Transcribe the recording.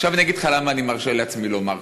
עכשיו אגיד לך למה אני מרשה לעצמי לומר ככה: